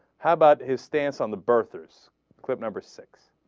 how about his stance on the birthdays quit number six